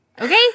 Okay